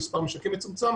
מספר משקים מצומצם